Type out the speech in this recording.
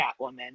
Catwoman